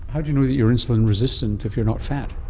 how do you know that you're insulin resistant if you're not fat?